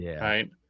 right